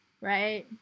Right